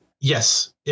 Yes